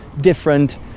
different